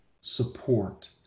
support